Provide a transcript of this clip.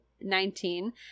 Nineteen